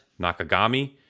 Nakagami